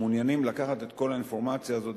שמעוניינים לקחת את כל האינפורמציה הזאת